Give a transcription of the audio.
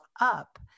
up